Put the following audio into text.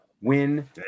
Win